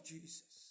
Jesus